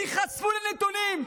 תיחשפו לנתונים.